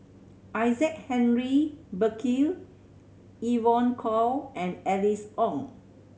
Isaac Henry Burkill Evon Kow and Alice Ong